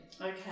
Okay